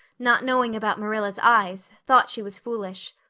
not knowing about marilla's eyes, thought she was foolish.